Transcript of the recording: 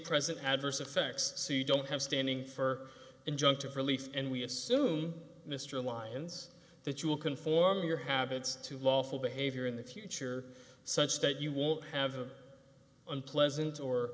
present adverse effects so you don't have standing for injunctive relief and we assume mr lyons that you will conform your habits to lawful behavior in the future such that you won't have unpleasant or